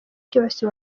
cyose